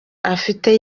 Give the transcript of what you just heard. afite